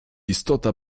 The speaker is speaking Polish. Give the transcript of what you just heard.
istota